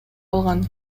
алган